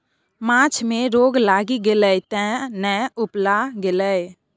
माछ मे रोग लागि गेलै तें ने उपला गेलै